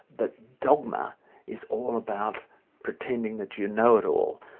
that dogma is all about pretending that you know it all.